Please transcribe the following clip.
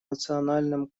национальном